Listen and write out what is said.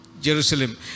Jerusalem